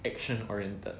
action oriented